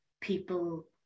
people